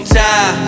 time